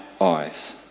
eyes